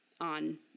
on